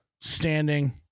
standing